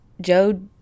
Joe